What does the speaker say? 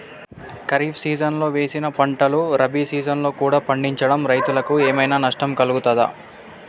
ఖరీఫ్ సీజన్లో వేసిన పంటలు రబీ సీజన్లో కూడా పండించడం రైతులకు ఏమైనా నష్టం కలుగుతదా?